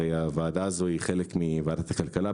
הוועדה הזו היא חלק מוועדת הכלכלה,